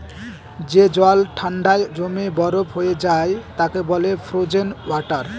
যে জল ঠান্ডায় জমে বরফ হয়ে যায় তাকে বলে ফ্রোজেন ওয়াটার